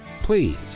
Please